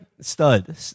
Stud